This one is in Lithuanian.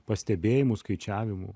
pastebėjimų skaičiavimų